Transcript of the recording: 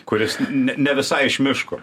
kuris ne ne visai iš miško